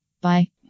Bye